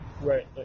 Right